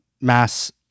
mass